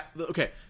Okay